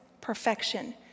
perfection